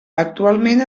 actualment